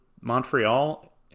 Montreal